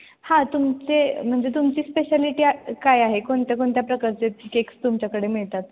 हां तुमचे म्हणजे तुमची स्पेशलिटी काय आहे कोणत्या कोणत्या प्रकारचे केक्स तुमच्याकडे मिळतात